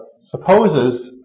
supposes